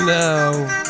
now